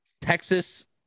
Texas